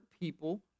people